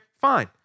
Fine